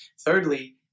Thirdly